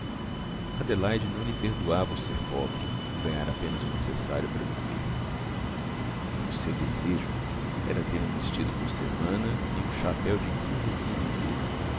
adelaide não lhe perdoava o ser pobre o ganhar apenas o necessário para viver o seu desejo era ter um vestido por semana e um chapéu de quinze em quinze dias